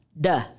duh